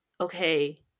Okay